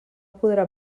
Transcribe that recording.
podrà